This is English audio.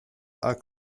are